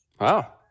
Wow